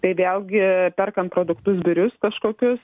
tai vėlgi perkant produktus birius kažkokius